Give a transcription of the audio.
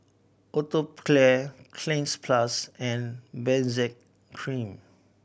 Atopiclair Cleanz Plus and Benzac Cream